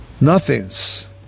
Nothing's